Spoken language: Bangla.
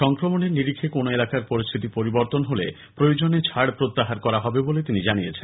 সংক্রমণের নিরিখে কোন এলাকার পরিস্থিতি পরিবর্তন হলে প্রয়োজনে ছাড় প্রত্যাহার করা হবে বলে তিনি জানিয়েছেন